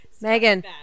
Megan